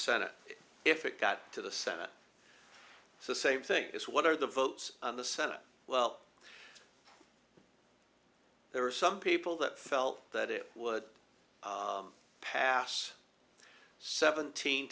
senate if it got to the senate so the same thing is what are the votes on the senate well there are some people that felt that it would pass seventeen